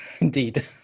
indeed